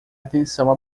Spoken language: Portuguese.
atenção